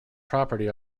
property